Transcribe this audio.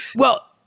well,